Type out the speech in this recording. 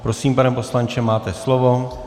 Prosím, pane poslanče, máte slovo.